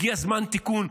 הגיע זמן תיקון,